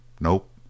Nope